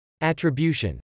Attribution